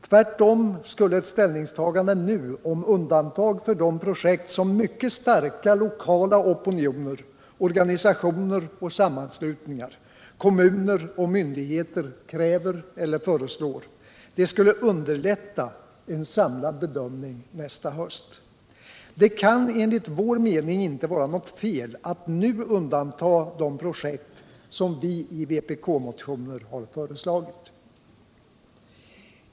Tvärtom skulle ett ställningstagande nu om undantag för de projekt, som mycket starka lokala opinioner, organisationer och sammanslutningar, kommuner och myndigheter kräver eller föreslår, underlätta en samlad bedömning nästa höst. Det kan enligt vår mening inte vara något fel att nu undanta de projekt som vi i vpkmotioner föreslagit.